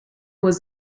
was